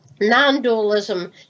non-dualism